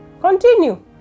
Continue